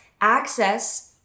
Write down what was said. access